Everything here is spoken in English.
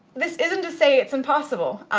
this isn't to say it's impossible.